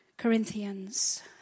Corinthians